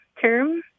term